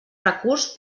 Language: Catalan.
recurs